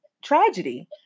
Tragedy